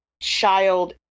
child